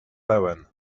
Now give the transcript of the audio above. pełen